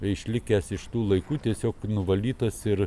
išlikęs iš tų laikų tiesiog nuvalytas ir